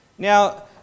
Now